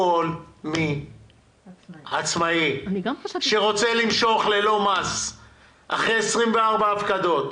כל עצמאי שרוצה למשוך ללא מס אחרי 24 הפקדות,